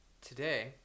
today